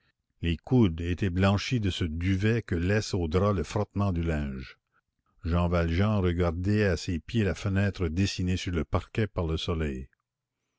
les coudes étaient blanchis de ce duvet que laisse au drap le frottement du linge jean valjean regardait à ses pieds la fenêtre dessinée sur le parquet par le soleil